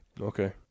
okay